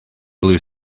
blue